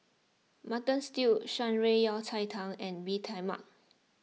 Mutton Stew Shan Rui Yao Cai Tang and Bee Tai Mak